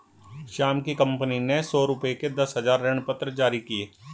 श्याम की कंपनी ने सौ रुपये के दस हजार ऋणपत्र जारी किए